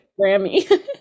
grammy